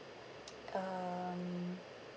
um